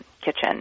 kitchen